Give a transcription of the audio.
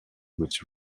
which